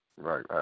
Right